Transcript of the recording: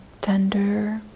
tender